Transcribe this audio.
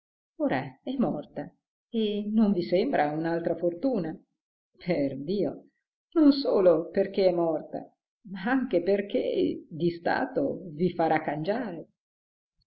ora è morta e non vi sembra un'altra fortuna perdio non solo perché è morta ma anche perché di stato vi farà cangiare